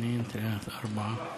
תציע הצעת חוק.